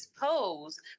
pose